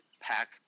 pack